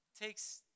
takes